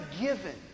given